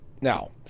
Now